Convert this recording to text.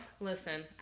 Listen